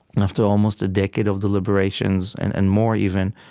and after almost a decade of deliberations and and more, even,